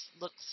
looks